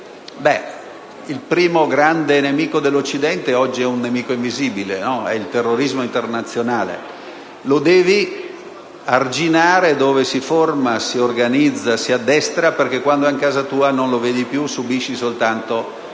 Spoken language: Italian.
Il primo grande nemico dell'Occidente oggi è un nemico invisibile: è il terrorismo internazionale. Lo devi arginare dove si forma, si organizza, si addestra, perché quando è a casa tua non lo vedi più e subisci soltanto atti